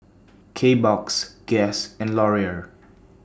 Kbox Guess and Laurier